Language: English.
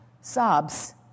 sobs